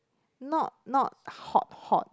not not hot hot